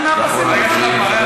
כפיים, כפיים, כפיים.